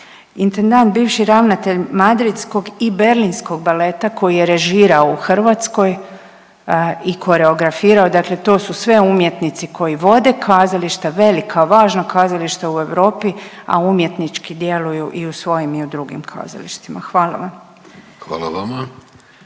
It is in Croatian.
intendant bivši ravnatelj madridskog i berlinskog baleta koji je režirao u Hrvatskoj i koreografirao dakle to su sve umjetnici koji vode kazališta velika, važna kazališta u Europi, a umjetnički djeluju i u svojim i u drugim kazalištima, hvala vam. **Vidović,